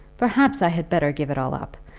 perhaps i had better give it all up.